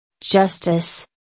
Justice